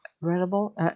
readable